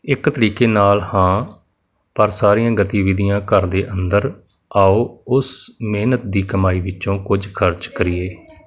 ਇੱਕ ਤਰੀਕੇ ਨਾਲ ਹਾਂ ਪਰ ਸਾਰੀਆਂ ਗਤੀਵਿਧੀਆਂ ਘਰ ਦੇ ਅੰਦਰ ਆਓ ਉਸ ਮਿਹਨਤ ਦੀ ਕਮਾਈ ਵਿੱਚੋਂ ਕੁਝ ਖਰਚ ਕਰੀਏ